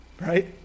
right